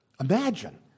Imagine